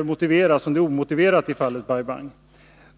omotiverat i fallet Bai Bang.